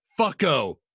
fucko